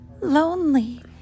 lonely